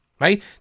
right